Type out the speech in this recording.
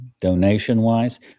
donation-wise